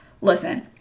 listen